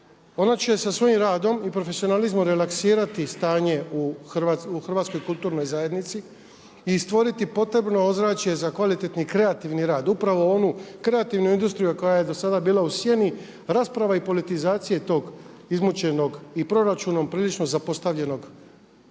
Ona će sa svojim radom i profesionalizmom relaksirati stanje u hrvatskoj kulturnoj zajednici i stvoriti potrebno ozračje za kvalitetni i kreativni rad, upravo onu kreativnu industriju koja je do sada bila u sjeni rasprava i politizacije tog izmučenog i proračunom prilično zapostavljenog